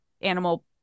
animal